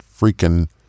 freaking